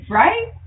right